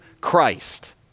Christ